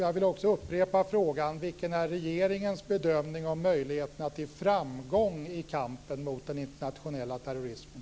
Jag vill också upprepa frågan: Vilken är regeringens bedömning av möjligheterna till framgång i kampen mot den internationella terrorismen?